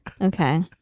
okay